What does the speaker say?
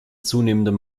zunehmendem